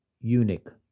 eunuch